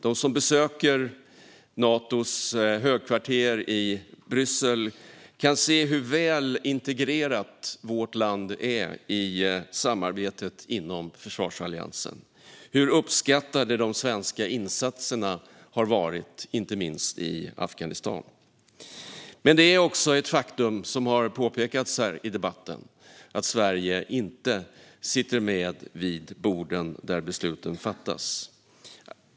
De som besöker Natos högkvarter i Bryssel kan se hur väl integrerat vårt land är i samarbetet inom försvarsalliansen och hur uppskattade de svenska insatserna i inte minst Afghanistan har varit. Men det är också ett faktum, vilket har påpekats i den här debatten, att Sverige inte sitter med vid borden där besluten fattas.